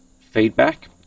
feedback